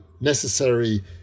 necessary